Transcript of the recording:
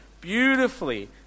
beautifully